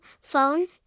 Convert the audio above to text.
phone